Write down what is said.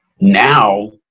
now